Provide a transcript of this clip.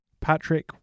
Patrick